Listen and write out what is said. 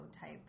type